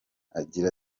agira